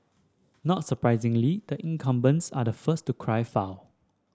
not surprisingly the incumbents are the first to cry foul